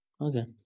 Okay